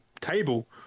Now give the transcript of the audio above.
table